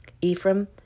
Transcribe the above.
Ephraim